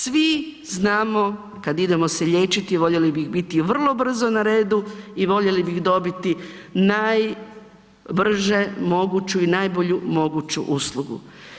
Svi znamo kad idemo se liječiti, voljeli bi biti vrlo brzo na redu i voljeli bi dobiti najbrže moguću i najbolju moguću uslugu.